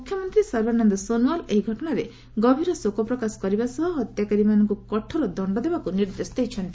ମୁଖ୍ରମନ୍ତ୍ରୀ ସର୍ବାନନ୍ଦ ସୋନୋୱାଲ୍ ଏହି ଘଟଣାରେ ଗଭୀର ଶୋକପ୍ରକାଶ କରିବା ସହ ହତ୍ୟାକାରୀମାନଙ୍କୁ କଠୋର ଦେଣ୍ଡ ଦେବାକୁ ନିର୍ଦ୍ଦେଶ ଦେଇଛନ୍ତି